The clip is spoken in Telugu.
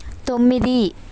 తొమ్మిది